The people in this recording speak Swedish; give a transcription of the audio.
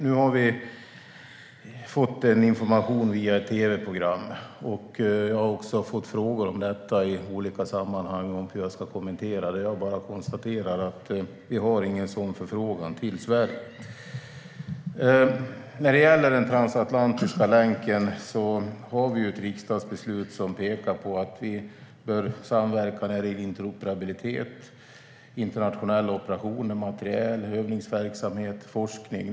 Nu har vi fått information via ett tv-program. Jag har också i olika sammanhang fått frågor om hur jag ska kommentera detta. Jag konstaterar bara att det inte har kommit någon sådan förfrågan till Sverige. När det gäller den transatlantiska länken har vi ett riksdagsbeslut som pekar på att vi bör samverka när det gäller interoperabilitet, internationella operationer, materiel, övningsverksamhet och forskning.